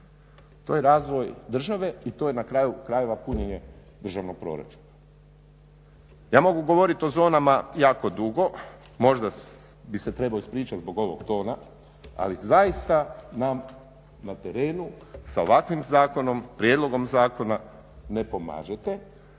to je razvoj države i to je na kraju krajeva punjenje državnog proračuna. Ja mogu govoriti o zonama jako dugo, možda bi se trebao ispričati zbog ovog tona ali zaista nam na terenu sa ovakvim prijedlogom zakona ne pomažete.